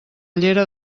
llera